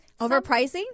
Overpricing